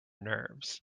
nerves